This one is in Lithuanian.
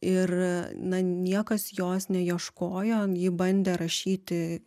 ir na niekas jos neieškojo ji bandė rašyti